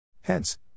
Hence